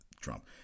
Trump